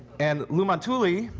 and lou montulli,